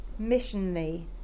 missionly